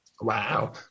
Wow